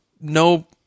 no